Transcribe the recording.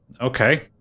okay